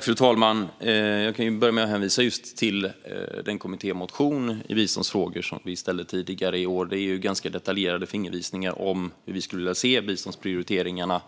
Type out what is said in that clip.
Fru talman! Jag kan börja med att hänvisa just till vår kommittémotion i biståndsfrågor från tidigare i år. Där finns ganska detaljerade fingervisningar om hur vi skulle vilja att biståndsprioriteringarna